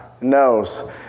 knows